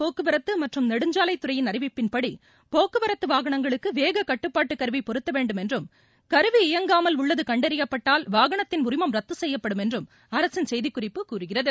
போக்குவரத்து மற்றும் நெடுஞ்சாலைத்துறையின் அறிவிப்பின்படி போக்குவரத்து மத்திய வாகனங்களுக்கு வேக கட்டுப்பாடடு கருவி பொருத்த வேண்டும் என்றும் கருவி இயங்காமல் உள்ளது கண்டறியப்பட்டால் வாகனத்தின் உரிமம் ரத்து செய்யப்படும் என்றும் அரசின் செய்திக்குறிப்பு கூறுகிறது